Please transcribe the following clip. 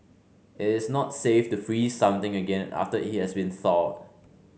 it is not safe to freeze something again after it has been thawed